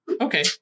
okay